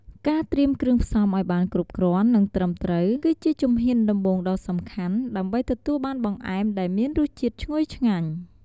ការត្រៀមគ្រឿងផ្សំឱ្យបានគ្រប់គ្រាន់ និងត្រឹមត្រូវ គឺជាជំហានដំបូងដ៏សំខាន់ដើម្បីទទួលបានបង្អែមដែលមានរសជាតិឈ្ងុយឆ្ងាញ់។